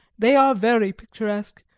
they are very picturesque,